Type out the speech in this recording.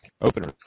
opener